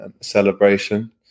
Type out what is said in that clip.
celebration